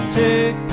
take